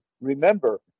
remember